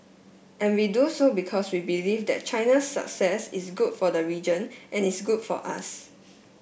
and we do so because we believe that China's success is good for the region and is good for us